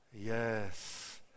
Yes